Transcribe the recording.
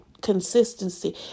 consistency